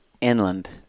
inland